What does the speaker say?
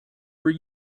were